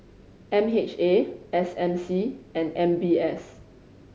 M H A S M C and M B S